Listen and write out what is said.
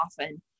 often